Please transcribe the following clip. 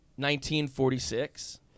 1946